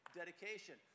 dedication